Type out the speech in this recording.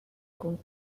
con